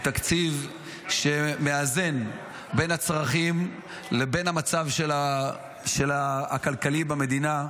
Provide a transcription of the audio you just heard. הוא תקציב שמאזן בין הצרכים לבין המצב הכלכלי במדינה.